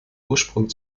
ursprung